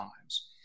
times